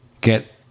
get